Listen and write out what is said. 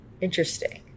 Interesting